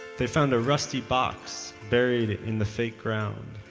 they found a rusty box buried in the fake ground.